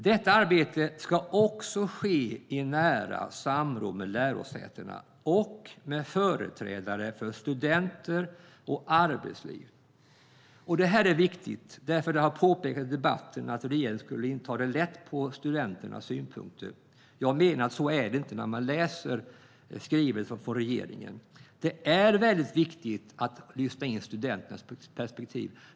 Detta arbete ska också ske i nära samråd med lärosätena och med företrädare för studenter och arbetsliv. Det här är viktigt, för det har påpekats i debatten att regeringen skulle ta lätt på studenternas synpunkter. Jag menar att så är det inte, och det ser man när man läser skrivelsen från regeringen. Det är väldigt viktigt att lyfta in studenternas perspektiv.